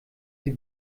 sie